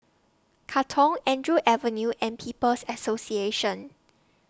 Katong Andrew Avenue and People's Association